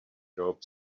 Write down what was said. job